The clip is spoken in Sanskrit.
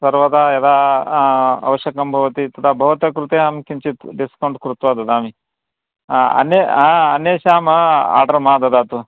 सर्वदा यदा आवश्यकं भवति तदा भवतः कृते अहं किञ्चित् डिस्कौण्ट् कृत्वा ददामि अन्य अन्येषाम् आर्डर् मा ददातु